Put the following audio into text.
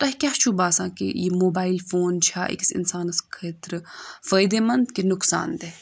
تۄہہِ کیاہ چھُو باسان کہِ یہِ موبایِل فون چھا أکِس اِنسانَس خٲطرٕ فٲیدٕ مَنٛد کہِ نۄقصان دِہ